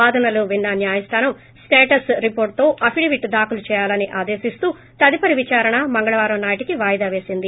వాదనలు విన్న న్యాయస్థానం స్టేటస్ రిపోర్ట్ తో అప్డవిట్ దాఖలు చేయాలని ఆదేశిస్తూ తదుపరి విదారణ మంగళవారం నాటికి వాయిదా పేసింది